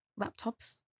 laptops